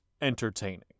entertaining